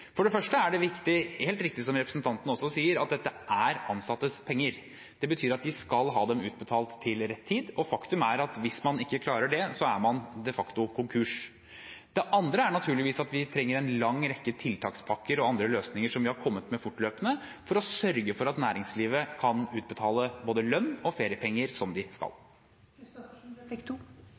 For det første er det helt riktig som representanten også sier, at dette er de ansattes penger. Det betyr at de skal ha dem utbetalt til rett tid. Faktum er at hvis man ikke klarer det, er man de facto konkurs. Det andre er naturligvis at vi trenger en lang rekke tiltakspakker og andre løsninger, som vi har kommet med fortløpende, for å sørge for at næringslivet kan utbetale både lønn og feriepenger som de